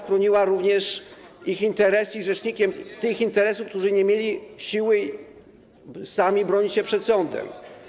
Chroniła również ich interesy, jest rzecznikiem interesów tych, którzy nie mieli siły sami bronić się przed sądem.